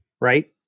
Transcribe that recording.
right